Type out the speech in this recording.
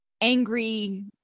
angry